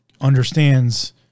understands